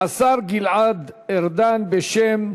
השר גלעד ארדן בשם